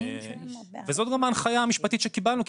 זאת גם ההנחיה המשפטית שקיבלנו,